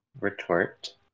Retort